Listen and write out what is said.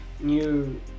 new